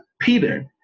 Peter